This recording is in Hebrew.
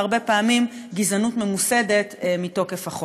והרבה פעמים גזענות ממוסדת מתוקף החוק.